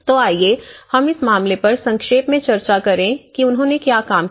तो आइए हम इस मामले पर संक्षेप में चर्चा करें कि उन्होंने क्या काम किया